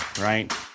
right